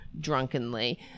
drunkenly